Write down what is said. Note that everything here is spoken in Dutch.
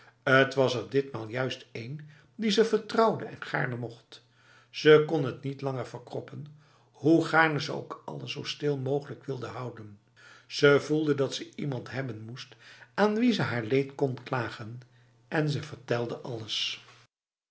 t was er ditmaal juist een die ze vertrouwde en gaarne mocht ze kon het niet langer verkroppen hoe gaarne ze ook alles zo stil mogelijk wilde houden ze voelde dat ze iemand hebben moest aan wie ze haar leed kon klagen en ze vertelde alles